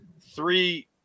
three